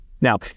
Now